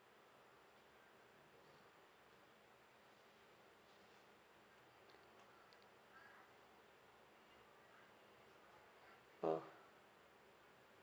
oh